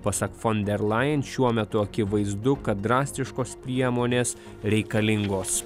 pasak fon der lajen šiuo metu akivaizdu kad drastiškos priemonės reikalingos